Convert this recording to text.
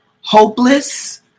hopeless